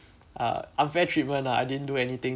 uh unfair treatment lah I didn't do anything